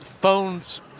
phones